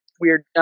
weird